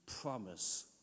promise